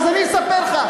אז אני אספר לך.